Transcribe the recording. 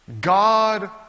God